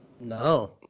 No